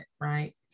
right